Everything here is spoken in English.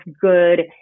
good